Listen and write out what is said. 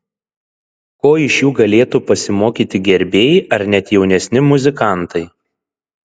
ko iš jų galėtų pasimokyti gerbėjai ar net jaunesni muzikantai